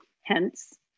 hence